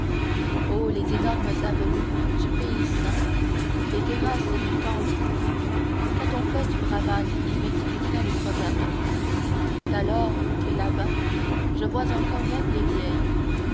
o les énormes avenues du pays saint les terrasses du temple qu'a-t-on fait du brahmane qui m'expliqua les proverbes d'alors de là-bas je vois encore même les vieilles